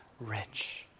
rich